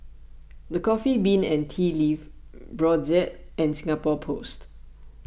the Coffee Bean and Tea Leaf Brotzeit and Singapore Post